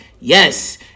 Yes